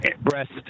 breast